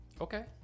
Okay